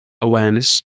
Awareness